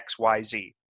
XYZ